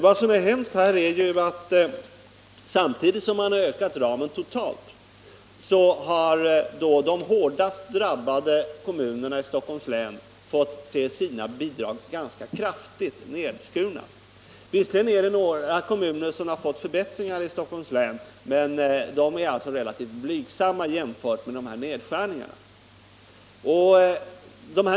Vad som hänt är att samtidigt som ramen ökat totalt har de hårdast drabbade kommunerna i Stockholms län fått se sina bidrag ganska kraftigt nedskurna. Visserligen har några kommuner i Stockholms län fått förbättringar, men de är ganska blygsamma jämfört med de gjorda nedskärningarna.